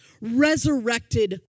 Resurrected